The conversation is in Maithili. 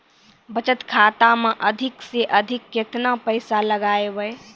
बचत खाता मे अधिक से अधिक केतना पैसा लगाय ब?